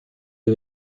der